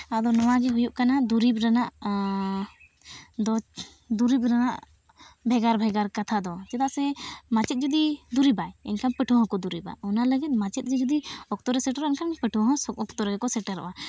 ᱟᱫᱚ ᱱᱚᱣᱟ ᱜᱮ ᱦᱩᱭᱩᱜ ᱠᱟᱱᱟ ᱫᱩᱨᱤᱵ ᱨᱮᱱᱟᱜ ᱫᱚ ᱫᱩᱨᱤᱵ ᱨᱮᱱᱟᱜ ᱵᱷᱮᱜᱟᱨ ᱵᱷᱮᱜᱟᱨ ᱠᱟᱛᱷᱟ ᱫᱚ ᱪᱮᱫᱟᱜ ᱥᱮ ᱢᱟᱪᱮᱫ ᱡᱩᱫᱤ ᱫᱩᱨᱤᱵ ᱟᱭ ᱮᱱᱠᱷᱟᱱ ᱯᱟᱹᱴᱷᱩᱣᱟᱹ ᱦᱚᱸᱠᱚ ᱫᱩᱨᱤᱵᱟ ᱚᱱᱟ ᱞᱟᱹᱜᱤᱫ ᱢᱟᱪᱮᱫ ᱜᱮ ᱡᱩᱫᱤ ᱚᱠᱛᱚ ᱨᱮ ᱥᱮᱴᱮᱨ ᱞᱮᱱᱠᱷᱟᱱ ᱯᱟᱹᱴᱷᱩᱣᱟᱹ ᱦᱚᱸ ᱚᱠᱛᱚ ᱨᱮᱠᱚ ᱥᱮᱴᱮᱨᱚᱜᱼᱟ